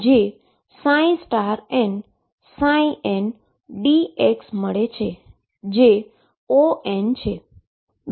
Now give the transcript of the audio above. જે nndx મળે છે જે On છે